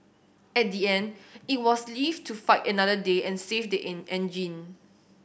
at the end it was live to fight another day and save the en engine